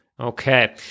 Okay